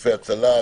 גופי הצלה,